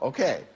Okay